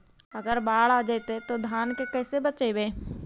अगर बाढ़ आ जितै तो धान के कैसे बचइबै?